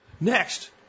Next